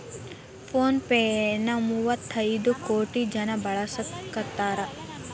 phone pay ನ ಮುವ್ವತೈದ್ ಕೋಟಿ ಜನ ಬಳಸಾಕತಾರ